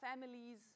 families